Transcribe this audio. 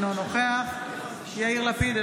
אינו נוכח יאיר לפיד,